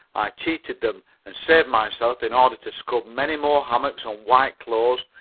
i cheated them and saved myself in order to scrub many more hammocks and white clothes,